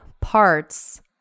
parts